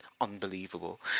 unbelievable